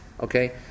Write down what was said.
Okay